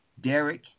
Derek